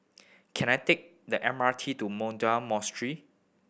can I take the M R T to Mahabodhi Monastery